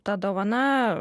ta dovana